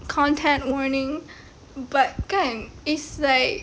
content warning but kan it's like